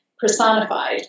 personified